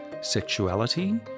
sexuality